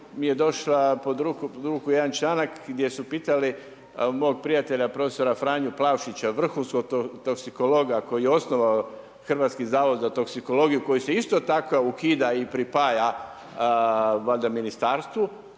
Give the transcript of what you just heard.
mi je došla pod ruku jedan članak gdje su pitali mog prijatelja profesora Franju Plavšića vrhunskog toksikologa, koji je osnova Hrvatski zavod za toksikologiju. Koji se isto tako ukida i pripaja valjda Ministarstvu.